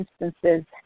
instances